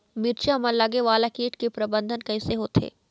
मिरचा मा लगे वाला कीट के प्रबंधन कइसे होथे?